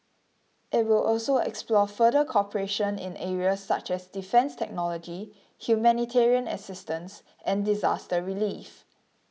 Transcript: it will also explore further cooperation in areas such as defence technology humanitarian assistance and disaster relief